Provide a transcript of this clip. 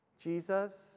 Jesus